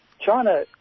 China